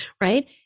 right